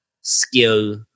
skill